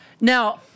Now